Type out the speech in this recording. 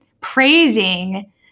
praising